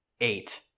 eight